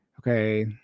Okay